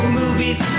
movies